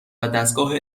ودستگاه